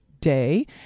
day